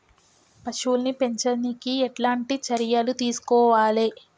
పశువుల్ని పెంచనీకి ఎట్లాంటి చర్యలు తీసుకోవాలే?